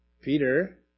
Peter